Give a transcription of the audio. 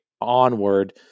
onward